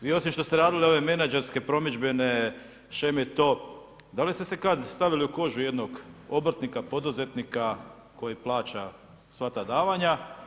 Vi osim što ste radili ove menadžerske promidžbene sheme to, da li ste se kada stavili u kožu jednog obrtnika, poduzetnika koji plaća sva ta davanja?